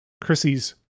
Chrissy's